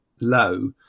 low